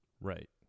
right